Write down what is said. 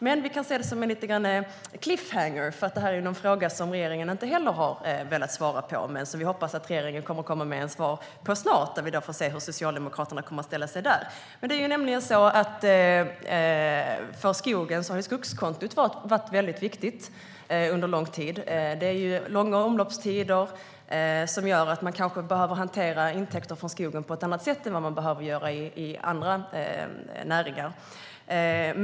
Men vi kan se det som en cliffhanger eftersom detta är en fråga som regeringen inte heller har velat svara på. Jag hoppas att regeringen kommer med ett svar snart då vi får se hur Socialdemokraterna ställer sig. För skogen har det varit väldigt viktigt med skogskonto under lång tid. Det är långa omloppstider som gör att man kan behöva hantera intäkter från skogen på ett annat sätt än i andra näringar.